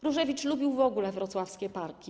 Różewicz lubił w ogóle wrocławskie parki.